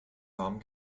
warm